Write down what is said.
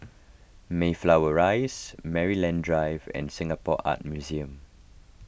Mayflower Rise Maryland Drive and Singapore Art Museum